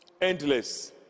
endless